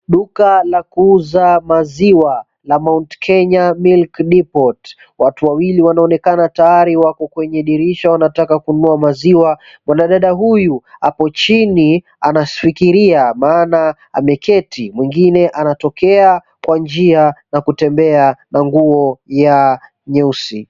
Duka la kuuza maziwa la Mount Kenya Milk Depot watu wawili wanaonekana tayari wako kwenye dirisha wanataka kununua maziwa. Mwandada huyu apo chini anafikiria maana ameketi mwingine anatokea Kwa njia na kutembea na nguo ya nyeusi.